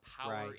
power